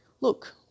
Look